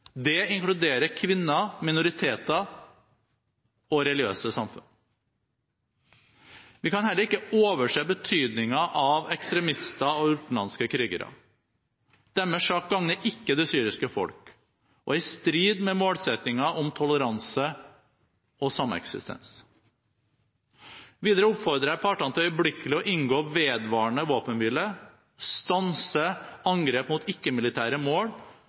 Det inkluderer kvinner, minoriteter og religiøse samfunn. Vi kan heller ikke overse betydningen av ekstremister og utenlandske krigere. Deres sak gagner ikke det syriske folk, og er i strid med målsettingen om toleranse og sameksistens. Videre oppfordrer jeg partene til øyeblikkelig å inngå vedvarende våpenhvile, stanse angrep mot ikke-militære mål